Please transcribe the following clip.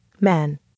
man